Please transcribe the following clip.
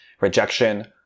rejection